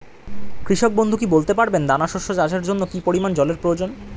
কৃষক বন্ধু কি বলতে পারবেন দানা শস্য চাষের জন্য কি পরিমান জলের প্রয়োজন?